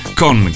con